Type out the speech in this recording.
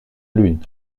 lune